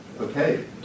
okay